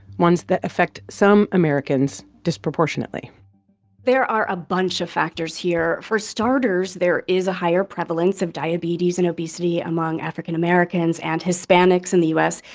ones that affect some americans disproportionately there are a bunch of factors here. for starters, there is a higher prevalence of diabetes and obesity among african americans and hispanics in the u s.